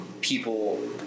people